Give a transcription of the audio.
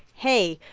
hey,